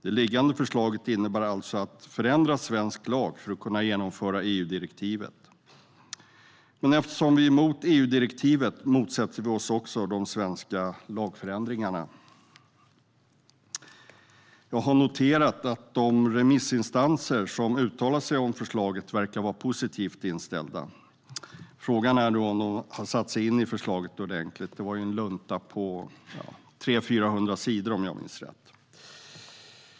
Det föreliggande förslaget innebär alltså en förändring av svensk lag för att kunna genomföra EU-direktivet. Eftersom vi är emot EU-direktivet motsätter vi oss också de svenska lagförändringarna. Jag har noterat att de remissinstanser som uttalat sig om förslaget verkar vara positivt inställda - frågan är då om de har satt sig in i förslaget ordentligt, det var ju en lunta på 300-400 sidor, om jag minns rätt.